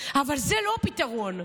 אבל זה לא הפתרון.